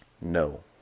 No